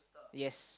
yes